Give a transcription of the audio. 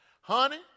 Honey